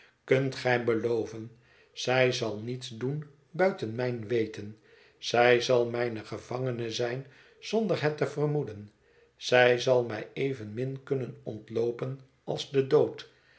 kunt gij beloven zij zal niets doen buiten mijn weten zij zal mijne gevangene zijn zonder het te vermoeden zij zal mij evenmin kunnen ontloopen als den dood